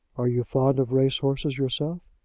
are you fond of race-horses yourself?